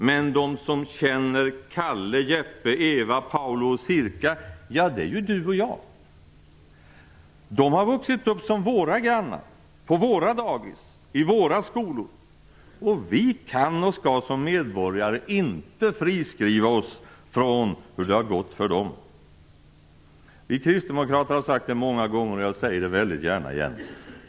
Men de som känner Kalle, Jeppe, Eva, Paulo och Sirkka - ja, det är ju du och jag. De har vuxit upp som våra grannar, gått på våra dagis, i våra skolor. Vi kan och skall som medborgare inte friskriva oss från hur det har gått för dem. Vi kristdemokrater har sagt det många gånger, och jag säger det gärna igen.